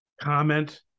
comment